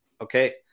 okay